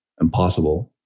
impossible